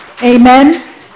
Amen